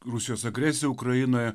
rusijos agresiją ukrainoje